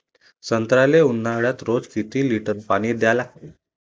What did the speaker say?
संत्र्याले ऊन्हाळ्यात रोज किती लीटर पानी द्या लागते?